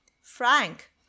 Frank